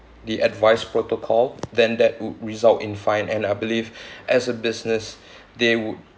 the advice protocol then that would result in fine and I believe as a business they would